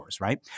right